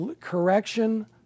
correction